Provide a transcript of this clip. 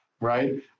right